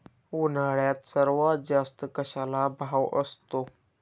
उन्हाळ्यात सर्वात जास्त कशाला भाव असतो?